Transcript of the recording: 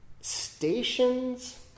stations